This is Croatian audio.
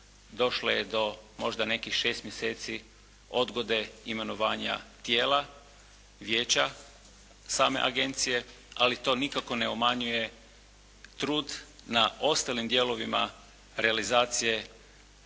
došlo je do možda nekih šest mjeseci odgode imenovanja tijela vijeća same agencije, ali to nikako ne umanjuje trud na ostalim dijelovima realizacije